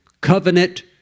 covenant